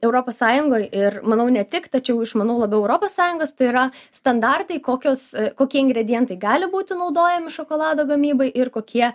europos sąjungoj ir manau ne tik tačiau išmanau labiau europos sąjungos tai yra standartai kokios kokie ingredientai gali būti naudojami šokolado gamybai ir kokie